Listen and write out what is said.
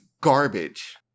garbage